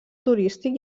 turístic